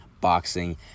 boxing